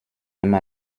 même